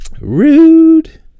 Rude